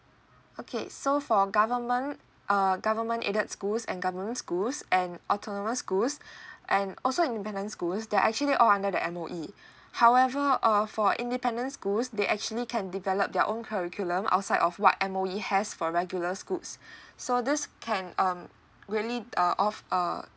okay so for government uh government aided schools and government schools and autonomous schools and also independent schools they are actually all under the M_O_E however uh for independent schools they actually can develop their own curriculum outside of what M_O_E has for regular schools so this can um really uh of uh